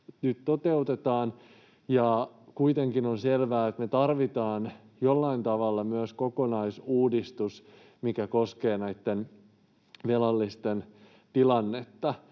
toteutetaan. Kuitenkin on selvää, että me tarvitaan jollain tavalla myös kokonaisuudistus, mikä koskee näitten velallisten tilannetta.